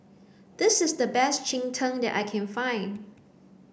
this is the best Cheng Tng that I can find